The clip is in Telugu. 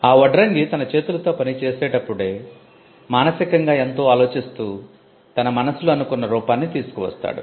ఆ వడ్రంగి తన చేతులతో పని చేసేటప్పుడే మానసికంగా ఎంతో ఆలోచిస్తూ తన మనస్సులో అనుకున్న రూపాన్ని తీసుకు వస్తాడు